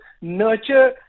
nurture